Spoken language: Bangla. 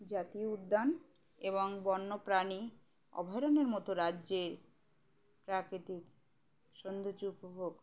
জাতীয় উদ্যান এবং বন্যপ্রাণী অভয়ারণ্যের মতো রাজ্যের প্রাকৃতিক সৌন্দর্য উপভোগ